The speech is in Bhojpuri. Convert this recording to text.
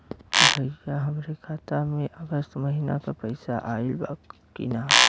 भईया हमरे खाता में अगस्त महीना क पैसा आईल बा की ना?